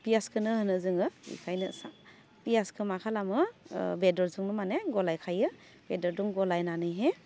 पियासखौनो होनो जोङो बिखायनो पियासखौ मा खालामो बेदरजोंनो माने गलायखायो बेदरजों गलायनानैहै